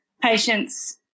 Patients